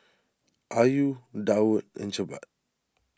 Ayu Daud and Jebat